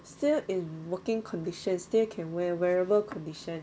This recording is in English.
still in working condition still can wear wearable condition